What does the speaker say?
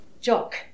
Jock